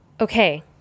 Okay